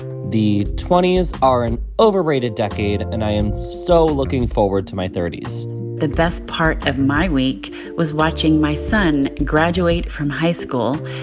the twenty s are an overrated decade. and i am so looking forward to my thirty point s the best part of my week was watching my son graduate from high school.